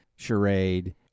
charade